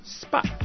spot